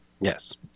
Yes